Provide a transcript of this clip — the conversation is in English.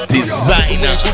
Designer